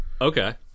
Okay